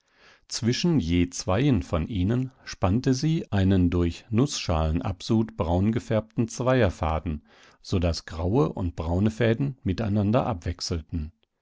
zwischen je zweien von ihnen spannte sie einen durch nußschalenabsud braungefärbten zweierfaden so daß graue und braune fäden miteinander abwechselten